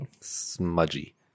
Smudgy